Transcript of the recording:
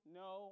no